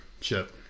chip